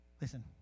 Listen